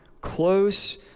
close